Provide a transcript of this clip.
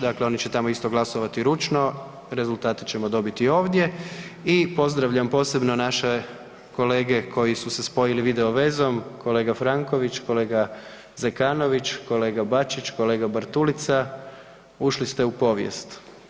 Dakle, oni će tamo isto glasovati ručno, rezultate ćemo dobiti ovdje i pozdravljam posebno naše kolege koji su se spojili video vezom, kolega Franković, kolega Zekanović, kolega Bačić, kolega Bartulica, ušli ste u povijest.